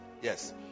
yes